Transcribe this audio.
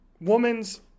woman's